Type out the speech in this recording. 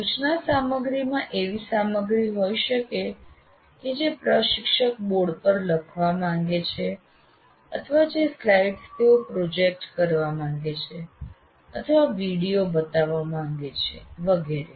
સૂચના સામગ્રીમાં એવી સામગ્રી હોઈ શકે છે કે જે પ્રશિક્ષક બોર્ડ પર લખવા માંગે છે અથવા જે સ્લાઇડ્સ તેઓ પ્રોજેક્ટ કરવા માંગે છે અથવા વિડિઓ બતાવવા માંગે છે વગેરે